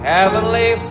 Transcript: Heavenly